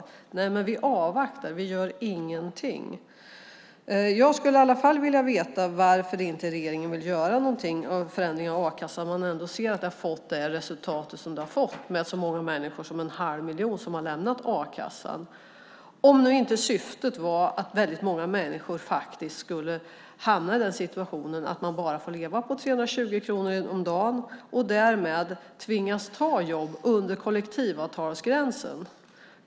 Regeringen säger: Vi avvaktar. Vi gör ingenting. Jag skulle i alla fall vilja veta varför regeringen inte vill göra någonting när det gäller förändring av a-kassan när man ändå ser att det har fått det resultat det har fått. Så många människor som en halv miljon har lämnat a-kassan. Men syftet kanske är att många människor faktiskt skulle hamna i situationen att de får leva på bara 320 kronor om dagen och därmed tvingas ta jobb med löner under kollektivavtalsgränsen.